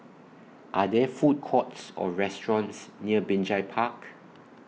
Are There Food Courts Or restaurants near Binjai Park